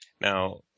Now